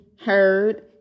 heard